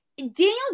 Daniel